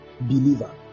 believer